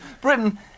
Britain